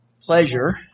pleasure